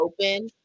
open